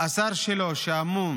השר שלו שאמון